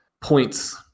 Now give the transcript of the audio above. points